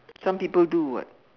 some people do [what]